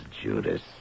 Judas